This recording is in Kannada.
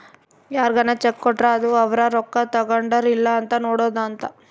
ಯಾರ್ಗನ ಚೆಕ್ ಕೊಟ್ರ ಅದು ಅವ್ರ ರೊಕ್ಕ ತಗೊಂಡರ್ ಇಲ್ಲ ಅಂತ ನೋಡೋದ ಅಂತ